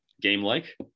game-like